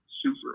super